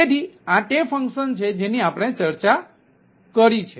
તેથી આ તે ફંકશન છે જેની આપણે ચર્ચા કરી છે